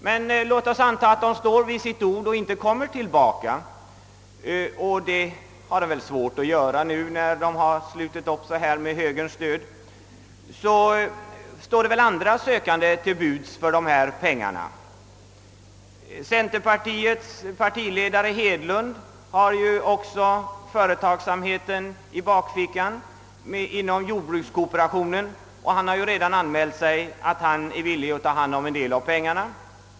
Men låt oss anta att Industriförbundet håller fast vid sin ståndpunkt och inte kommer tillbaka, vilket det väl har svårt att göra nu när det med högerns stöd redan tagit ställning. I så fall finns det nog andra som vill ha dessa pengar. Centerpartiets ledare herr Hedlund, som har företagsamhet i bakfickan då det gäller jordbrukskooperationen, har redan sagt ifrån att han är villig att ta hand om en del av pengarna.